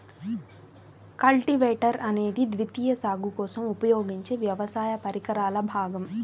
cultivator అనేది ద్వితీయ సాగు కోసం ఉపయోగించే వ్యవసాయ పరికరాల భాగం